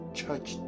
church